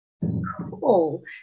Cool